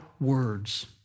words